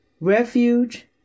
refuge